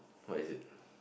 what is it